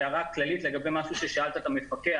הערה כללית לגבי משהו ששאלת את המפקח.